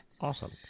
Awesome